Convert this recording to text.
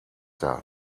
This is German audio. der